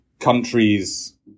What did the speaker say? countries